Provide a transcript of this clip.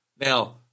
Now